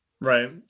Right